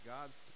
God's